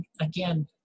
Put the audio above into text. again